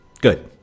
Good